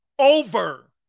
Over